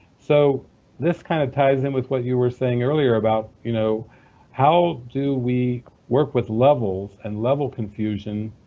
so this kind of ties in with what you were saying earlier about you know how do we work with levels and level confusion,